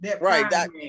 Right